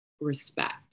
respect